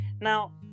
now